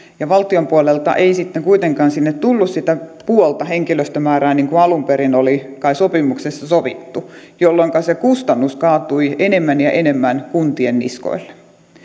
ja valtion puolelta ei sitten kuitenkaan sinne tullut sitä puolta henkilöstömäärää niin kuin alun perin oli kai sopimuksessa sovittu jolloinka se kustannus kaatui enemmän ja enemmän kunnan niskoille